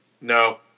No